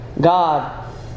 God